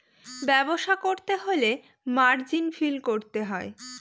ব্যবসা করতে হলে মার্জিন ফিল করতে হয়